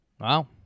Wow